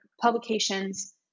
publications